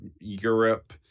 Europe